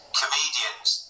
comedians